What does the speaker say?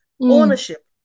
ownership